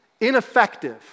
ineffective